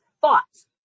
thoughts